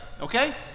okay